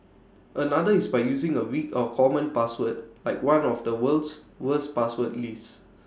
another is by using A weak or common password like one on the world's worst password list